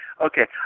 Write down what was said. Okay